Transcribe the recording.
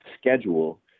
schedule